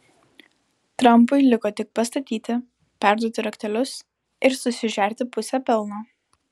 trampui liko tik pastatyti perduoti raktelius ir susižerti pusę pelno